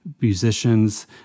musicians